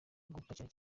gupakira